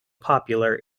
popular